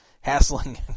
hassling